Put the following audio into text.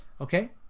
Okay